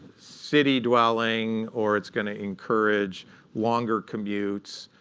city-dwelling, or it's going to encourage longer commutes,